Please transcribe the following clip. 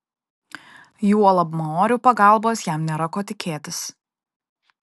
juolab maorių pagalbos jam nėra ko tikėtis